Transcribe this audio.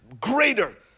greater